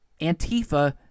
Antifa